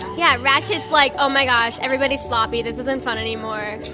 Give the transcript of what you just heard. yeah. ratchet's like, oh, my gosh, everybody's sloppy, this isn't fun anymore.